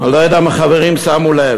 אני לא יודע אם החברים שמו לב.